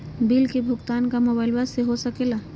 Bill का भुगतान का मोबाइलवा से हो सके ला?